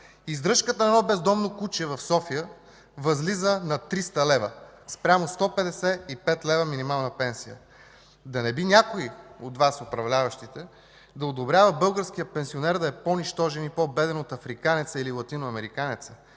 Издръжката на едно бездомно куче в София възлиза на 300 лв. спрямо 155 лв. минимална пенсия! Да не би някой от Вас, управляващите, да одобрява българският пенсионер да е по-нищожен и по-беден от африканеца или латиноамериканеца,